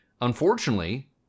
Unfortunately